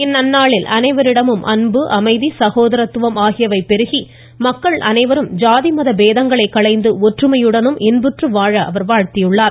இந்நன்நாளில் அனைவரிடமும் அன்பு அமைதி சகோதரத்துவம் ஆகியவந்றை பின்பற்றி மக்கள் அனைவரும் ஜாதி மத பேதங்களை களைந்து ஒற்றுமையுடன் இன்புற்று வாழ வாழ்த்தியுள்ளார்